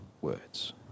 words